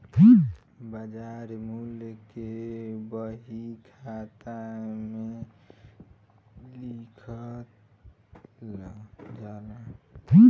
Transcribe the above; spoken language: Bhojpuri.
बाजार मूल्य के बही खाता में लिखल जाला